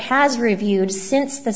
has reviewed since th